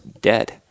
dead